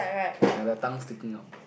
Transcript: ya their tongue sticking out